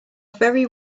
very